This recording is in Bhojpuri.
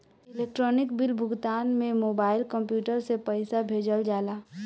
इलेक्ट्रोनिक बिल भुगतान में मोबाइल, कंप्यूटर से पईसा भेजल जाला